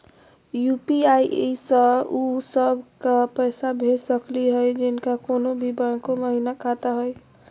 UPI स उ सब क पैसा भेज सकली हई जिनका कोनो भी बैंको महिना खाता हई?